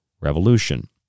revolution